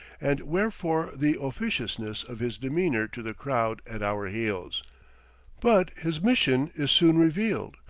and wherefore the officiousness of his demeanor to the crowd at our heels but his mission is soon revealed,